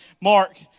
mark